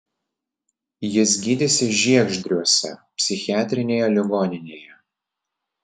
jis gydėsi žiegždriuose psichiatrinėje ligoninėje